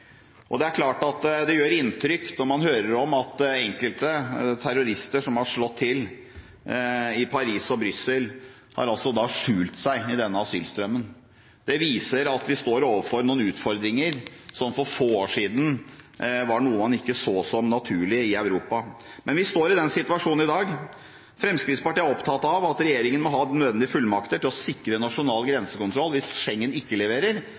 året. Det er klart det gjør inntrykk når man hører om at enkelte terrorister som har slått til i Paris og Brussel, har skjult seg i denne asylstrømmen. Det viser at vi står overfor noen utfordringer som for få år siden var noe man ikke så som naturlig i Europa. Men vi står i den situasjonen i dag. Fremskrittspartiet er opptatt av at regjeringen må ha nødvendige fullmakter til å sikre nasjonal grensekontroll hvis Schengen ikke leverer,